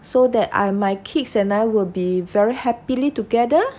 so that I my kids and I will be very happily together